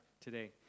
today